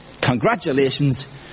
congratulations